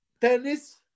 tennis